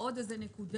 עוד נקודה.